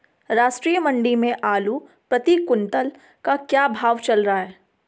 राष्ट्रीय मंडी में आलू प्रति कुन्तल का क्या भाव चल रहा है?